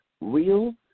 real